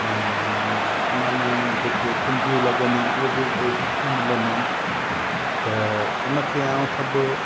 ऐं उन में जेके कुंडियूं लॻदियूं आहिनि उहो उते सुठियूं मिलंदियूं आहिनि त उन खे मां सभु